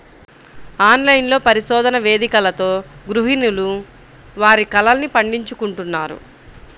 online పరిశోధన వేదికలతో గృహిణులు వారి కలల్ని పండించుకుంటున్నారు